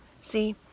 See